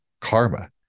karma